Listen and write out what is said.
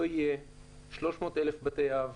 לא יהיה ש-300,000 בתי-אב,